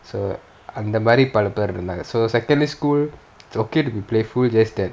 so அந்த மாரி பல பேரு இருந்தாங்க:antha maari pala peru irunthanga so secondary school it's okay to be playful just that